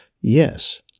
Yes